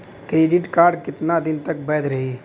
Credit card कितना दिन तक वैध रही?